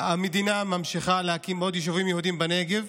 המדינה ממשיכה להקים עוד יישובים יהודיים בנגב,